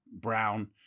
Brown